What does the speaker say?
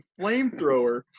flamethrower